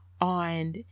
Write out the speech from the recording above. on